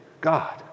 God